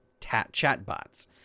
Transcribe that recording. chatbots